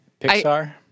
Pixar